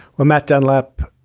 well, matt dunlap,